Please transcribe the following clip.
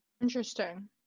Interesting